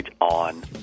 on